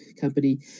Company